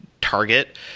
target